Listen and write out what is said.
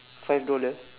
five dollar